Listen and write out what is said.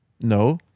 No